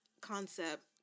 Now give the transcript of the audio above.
concept